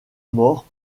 morts